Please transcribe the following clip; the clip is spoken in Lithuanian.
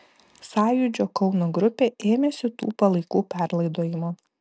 sąjūdžio kauno grupė ėmėsi tų palaikų perlaidojimo